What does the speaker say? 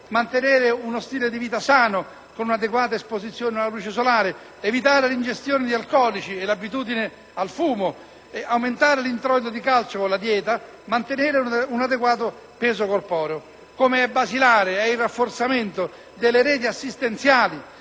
mantenere uno stile di vita sano con adeguata esposizione alla luce solare; evitare l'ingestione di alcolici e l'abitudine al fumo; aumentare l'introito di calcio con la dieta; mantenere un adeguato peso corporeo. È inoltre basilare il rafforzamento delle reti assistenziali.